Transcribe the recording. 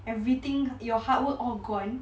everything your hard work all gone